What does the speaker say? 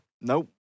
Nope